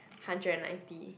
hundred and ninety